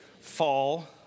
fall